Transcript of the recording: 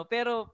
Pero